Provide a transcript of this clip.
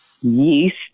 yeast